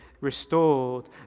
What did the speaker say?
restored